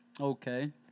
okay